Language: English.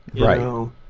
Right